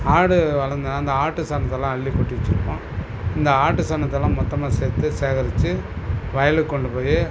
ஆடு வளர்ந்தா அந்த ஆட்டு சாணத்தைலாம் அள்ளி கொட்டி வச்சுருப்போம் இந்த ஆட்டு சாணத்தைலாம் மொத்தமாக சேர்த்து சேகரிச்சு வயலுக்கு கொண்டு போய்